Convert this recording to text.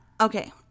Okay